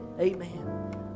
Amen